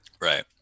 Right